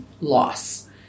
loss